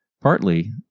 Partly